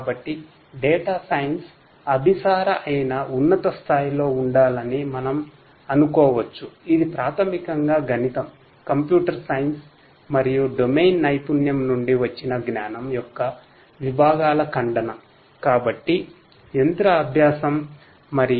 కాబట్టి డేటా యొక్క మొత్తం స్థానం ఇది